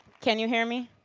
can you hear me?